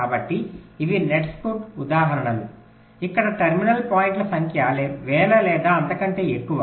కాబట్టి ఇవి నెట్స్కు ఉదాహరణలు ఇక్కడ టెర్మినల్ పాయింట్ల సంఖ్య వేల లేదా అంతకంటే ఎక్కువ